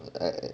ugh